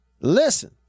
Listen